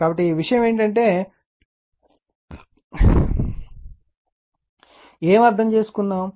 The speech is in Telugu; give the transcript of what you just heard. కాబట్టి ఈ విషయం ఏమిటంటే ఏమి అర్థం చేసుకున్నాము